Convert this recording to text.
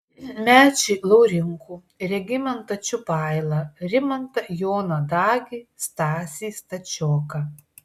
mečį laurinkų regimantą čiupailą rimantą joną dagį stasį stačioką